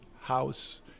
house